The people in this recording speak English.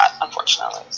unfortunately